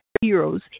heroes